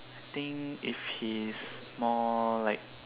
I think if he's more like